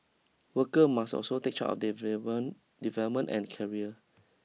worker must also take charge of their development and career